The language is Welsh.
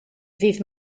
ddydd